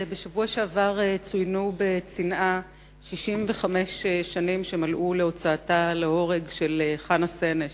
בשבוע שעבר צוינו בצנעה 65 שנים להוצאתה להורג של חנה סנש,